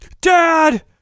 Dad